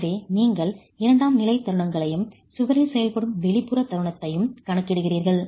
எனவே நீங்கள் இரண்டாம் நிலை தருணங்களையும் சுவரில் செயல்படும் வெளிப்புற தருணத்தையும் கணக்கிடுகிறீர்கள்